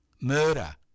murder